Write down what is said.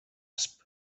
asp